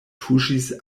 tuŝis